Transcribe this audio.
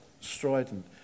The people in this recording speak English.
strident